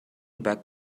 back